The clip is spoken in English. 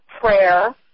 prayer